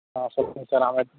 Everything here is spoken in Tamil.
ஆ சொல்லுங்கள் சார் ஆமாம்